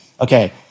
Okay